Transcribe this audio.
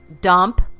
dump